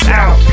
out